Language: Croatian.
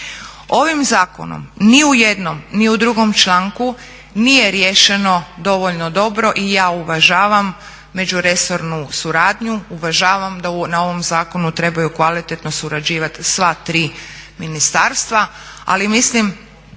Ovim zakonom ni u jednom, ni u drugom članku nije riješeno dovoljno dobro i ja uvažavam međuresornu suradnju, uvažavam da na ovom zakonu trebaju kvalitetno surađivati sva tri ministarstva. Ali mislim